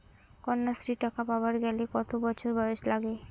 কন্যাশ্রী টাকা পাবার গেলে কতো বছর বয়স লাগে?